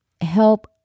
help